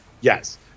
yes